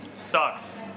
sucks